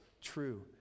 true